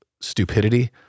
stupidity